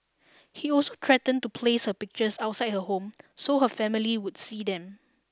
he also threatened to place her pictures outside her home so her family would see them